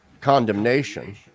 condemnation